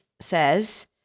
says